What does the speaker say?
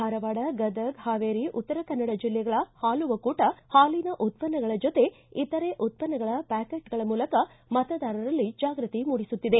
ಧಾರವಾಡ ಗದಗ ಹಾವೇರಿ ಉತ್ತರ ಕನ್ನಡ ಜಿಲ್ಲೆಗಳ ಹಾಲು ಒಕ್ಕೂಟ ಹಾಲಿನ ಉತ್ಪನ್ನಗಳ ಜೊತೆ ಇತರೆ ಉತ್ಪನ್ನಗಳ ಪ್ಯಾಕೇಟುಗಳ ಮೂಲಕ ಮತದಾರರಲ್ಲಿ ಜಾಗ್ಯತಿ ಮೂಡಿಸುತ್ತಿದೆ